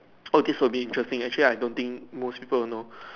oh this will be interesting actually I don't think most people will know